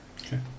Okay